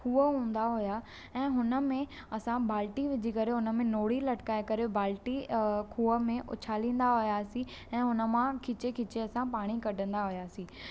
खूह हूंदा हुया ऐं हुन में असां बाल्टी विझी करे हुन में नोड़ी लटकाए करे बाल्टी खूअ में उछालींदा हुयासीं ऐं हुन मां खीचे खीचे असां पाणी कढंदा हुयासीं